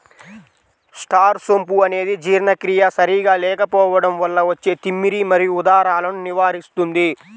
star సోంపు అనేది జీర్ణక్రియ సరిగా లేకపోవడం వల్ల వచ్చే తిమ్మిరి మరియు ఉదరాలను నివారిస్తుంది